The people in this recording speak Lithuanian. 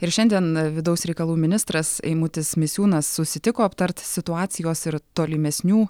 ir šiandien vidaus reikalų ministras eimutis misiūnas susitiko aptarti situacijos ir tolimesnių